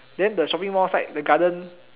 then the shopping mall side the garden